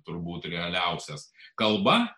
turbūt realiausias kalba